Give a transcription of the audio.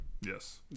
Yes